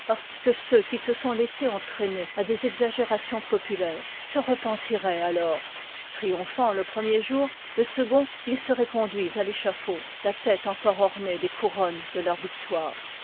que ceux qui se sont laissés entraîner à des exagérations populaires se rcpentiroient alors triomphans le premier jour le second ils seroient conduits à téchafaud la tête encore ornée des couronnes de leui victoire